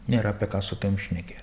nėra apie ką su tavim šnekėt